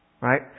right